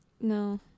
No